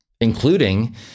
including